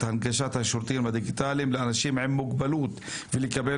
הנגשת השירותים הדיגיטליים לאנשים עם מוגבלות ולקבל